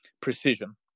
precision